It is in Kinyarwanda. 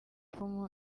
inkovu